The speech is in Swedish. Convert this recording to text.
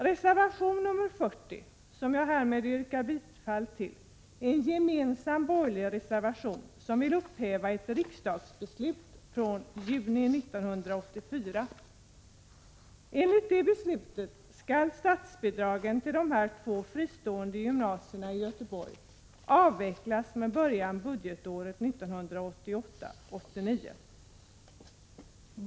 Reservation 40, som jag härmed yrkar bifall till, är en gemensam borgerlig reservation som vill upphäva ett riksdagsbeslut från juni 1984. Enligt det beslutet skall statsbidragen till de här två fristående gymnasierna i Göteborg avvecklas med början budgetåret 1988/89.